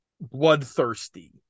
bloodthirsty